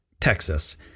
Texas